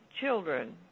children